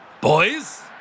Boys